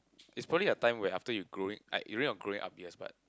it's probably a time where after you growing like during your growing up years but